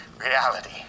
reality